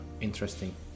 interesting